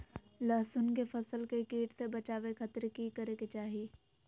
लहसुन के फसल के कीट से बचावे खातिर की करे के चाही?